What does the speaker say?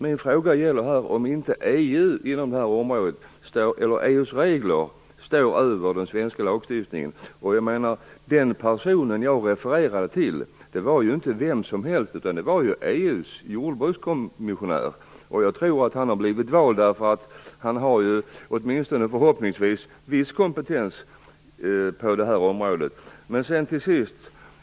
Min fråga gäller om inte EU:s regler står över den svenska lagstiftningen på det här området. Den person som jag refererade till var ju inte vem som helst. Det var ju EU:s jordbrukskommissionär. Jag tror att han har blivit vald därför att han förhoppningsvis har en viss kompetens på det här området.